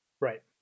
Right